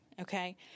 okay